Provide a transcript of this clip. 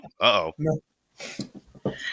Uh-oh